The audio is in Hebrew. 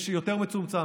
יש יותר מצומצם.